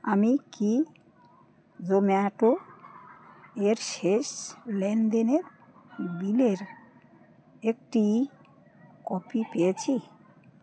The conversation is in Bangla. আমি কি জোম্যাটো এর শেষ লেনদেনের বিলের একটি কপি পেয়েছি